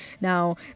Now